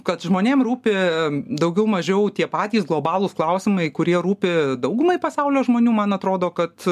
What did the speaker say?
kad žmonėm rūpi daugiau mažiau tie patys globalūs klausimai kurie rūpi daugumai pasaulio žmonių man atrodo kad